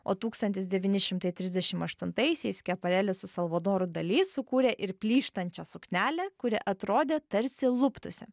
o tūkstantis devyni šimtai trisdešim aštuntaisiais keparelis su salvadoru dali sukūrė ir plyštančią suknelę kuri atrodė tarsi luptųsi